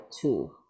two